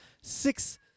Six